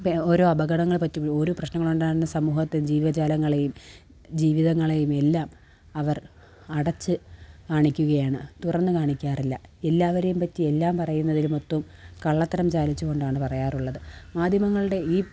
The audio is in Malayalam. ഇപ്പം ഓരോ അപകടങ്ങള് പറ്റിയുള്ള ഒരു പ്രശ്നങ്ങളുണ്ടാകുന്ന സമൂഹത്തില് ജീവജാലങ്ങളെയും ജീവിതങ്ങളെയും എല്ലാം അവര് അടച്ച് കാണിക്കുകയാണ് തുറന്ന് കാണിക്കാറില്ല എല്ലാവരെയും പറ്റി എല്ലാം പറയുന്നതിൽ മൊത്തോം കള്ളത്തരം ചാലിച്ചു കൊണ്ടാണ് പറയാറുള്ളത് മാധ്യമങ്ങളുടെ ഈ